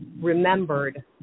remembered